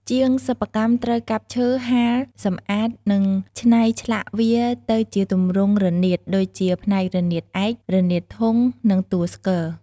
ជាងសិប្បកម្មត្រូវកាប់ឈើ ហាល សម្អាត និងច្នៃឆ្លាក់វាទៅជាទម្រង់រនាត ដូចជាផ្នែករនាតឯក រនាតធុង ឬតួស្គរ។